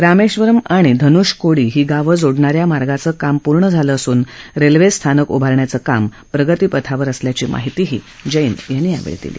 रामेश्वरन आणि धनुषकोडी ही गावं जोडणाऱ्या मार्गाचं काम पूर्ण झालं असून रेल्वे स्थानक उभारण्याचं काम प्रगतीपथावर असल्याची माहितीही जैन यांनी दिली